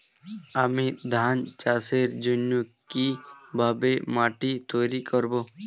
আমি ধান চাষের জন্য কি ভাবে মাটি তৈরী করব?